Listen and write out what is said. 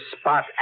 spot